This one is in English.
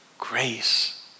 Grace